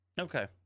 Okay